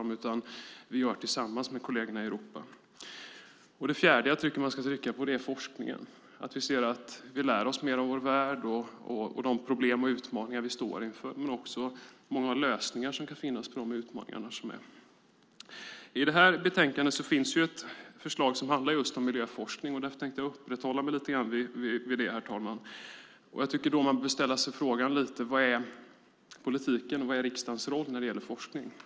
Vi gör det tillsammans med kollegerna i Europa. För det fjärde tycker jag att man ska trycka på forskningen. Vi ska se till att lära oss mer av vår värld och de problem och utmaningar vi står inför, men också av många av de lösningar som kan finnas på de utmaningar som finns. I betänkandet finns ett förslag som handlar just om miljöforskning. Därför tänkte jag uppehålla mig lite grann vid det, herr talman. Jag tycker att man bör ställa sig frågan: Vad är politikens och riksdagens roll när det gäller forskning?